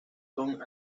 son